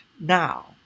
now